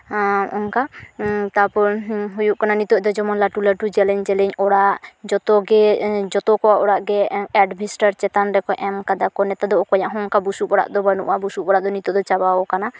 ᱚᱱᱠᱟ ᱛᱟᱯᱚᱨ ᱦᱩᱭᱩᱜ ᱠᱟᱱᱟ ᱱᱤᱛᱳᱜ ᱫᱚ ᱡᱮᱢᱚᱱ ᱞᱟᱹᱴᱩᱼᱞᱟᱹᱴᱩ ᱡᱮᱞᱮᱧ ᱡᱮᱞᱮᱧ ᱚᱲᱟᱜ ᱡᱚᱛᱚ ᱜᱮ ᱡᱚᱛᱚ ᱠᱚᱣᱟᱜ ᱚᱲᱟᱜ ᱜᱮ ᱮᱰᱵᱮᱥᱴᱟᱨ ᱪᱮᱛᱟᱱ ᱨᱮᱠᱚ ᱮᱢ ᱠᱟᱫᱟ ᱠᱚ ᱱᱮᱛᱟᱨ ᱫᱚ ᱚᱠᱚᱭᱟᱜ ᱦᱚᱸ ᱚᱱᱠᱟ ᱫᱚ ᱵᱩᱥᱩᱵ ᱚᱲᱟᱜ ᱫᱚ ᱵᱟᱹᱱᱩᱜᱼᱟ ᱵᱩᱥᱩᱵ ᱚᱲᱟᱜ ᱫᱚ ᱱᱤᱛᱳᱜ ᱫᱚ ᱪᱟᱵᱟᱣᱟᱠᱟᱱᱟ